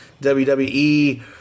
WWE